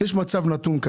יש כרגע מצב נתון.